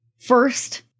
First